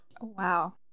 Wow